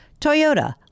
Toyota